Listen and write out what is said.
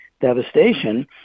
devastation